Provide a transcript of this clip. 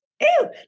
Ew